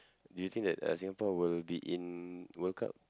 do you think that uh Singapore will be in World-Cup